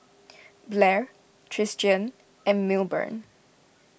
Blair Tristian and Milburn